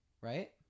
Right